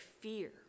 fear